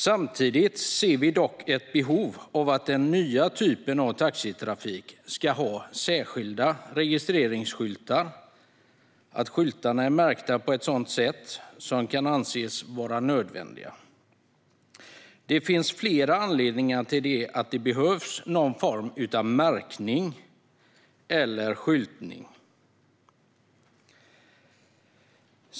Samtidigt ser vi dock ett behov av att den nya typen av taxitrafik ska ha särskilda registreringsskyltar eller att skyltarna ska vara märkta på ett sätt som kan anses vara nödvändigt. Det finns flera anledningar till att det behövs någon form av märkning eller skyltning.